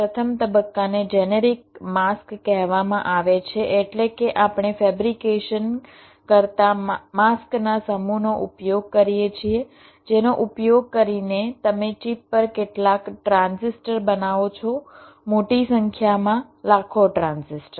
પ્રથમ તબક્કાને generic mask કહેવામાં આવે છે એટલે કે આપણે ફેબ્રિકેશન કરતા માસ્કના સમૂહનો ઉપયોગ કરીએ છીએ જેનો ઉપયોગ કરીને તમે ચિપ પર કેટલાક ટ્રાન્ઝિસ્ટર બનાવો છો મોટી સંખ્યામાં લાખો ટ્રાન્ઝિસ્ટર